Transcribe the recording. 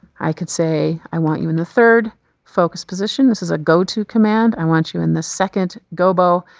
i could say i want you in the third focus position, this is a go-to command, i want you in the second gobo,